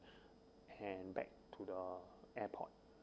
and back to the airport